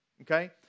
okay